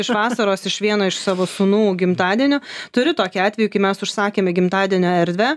iš vasaros iš vieno iš savo sūnų gimtadienio turiu tokį atvejį kai mes užsakėme gimtadienio erdvę